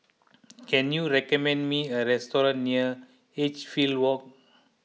can you recommend me a restaurant near Edgefield Walk